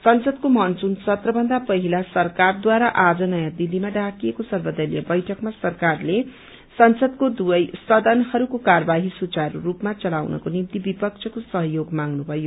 संसदको मनसून सत्र भन्द पहिला सरकारद्वारा आज नयोँ दिल्लीमा डाकिएको सर्वदलीय बैठकमा सरकारले संसदको दुवै सदनहस्को कार्यवाही सुचारू सपमा चलाउनको निभित विपक्षको सहयोग माग्नुभयो